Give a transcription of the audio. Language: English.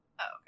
okay